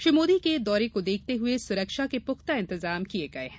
श्री मोदी के दौरे को देखते हुए सुरक्षा के पुख्ता इंतजाम किये गये हैं